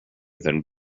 than